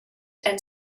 and